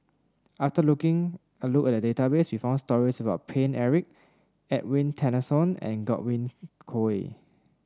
after looking a look at the database we found stories about Paine Eric Edwin Tessensohn and Godwin Koay